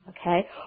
okay